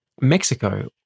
Mexico